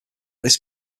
this